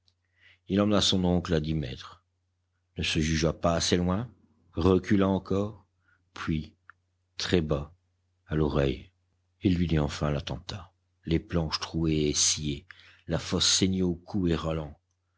il emmena son oncle à dix mètres ne se jugea pas assez loin recula encore puis très bas à l'oreille il lui dit enfin l'attentat les planches trouées et sciées la fosse